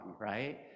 right